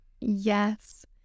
Yes